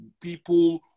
people